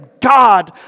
God